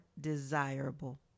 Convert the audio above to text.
desirable